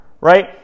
Right